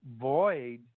void